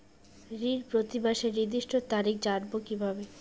ঋণ প্রতিমাসের নির্দিষ্ট তারিখ জানবো কিভাবে?